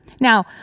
Now